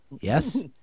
Yes